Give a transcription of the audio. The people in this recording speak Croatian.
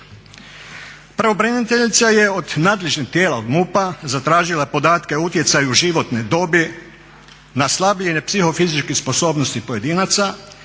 Pravobraniteljica je od nadležnih tijela od MUP-a zatražila podatke o utjecaju životne dobi na slabljenje psihofizičkih sposobnosti pojedinaca,